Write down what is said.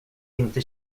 inte